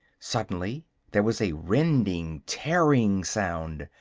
suddenly there was a rending, tearing sound,